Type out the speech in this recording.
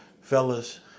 fellas